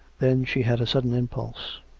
then she had a sudden impulse.